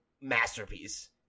masterpiece